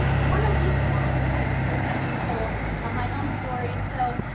i want to loop back and kind of close that loophole of my own story. so,